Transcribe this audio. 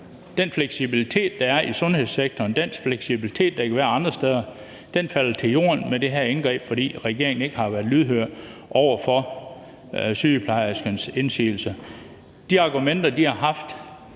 Den fleksibilitet, der er i sundhedssektoren, og den fleksibilitet, der kan være andre steder, falder til jorden med det her indgreb, fordi regeringen ikke har været lydhør over for sygeplejerskernes indsigelser. De argumenter, de har haft